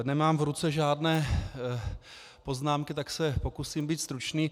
Nemám v ruce žádné poznámky, tak se pokusím být stručný.